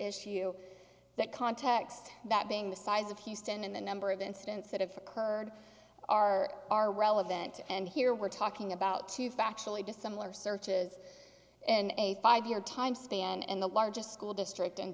issue that context that being the size of houston and the number of incidents that have occurred are are relevant and here we're talking about two factually dissimilar searches and a five year time span in the largest school district in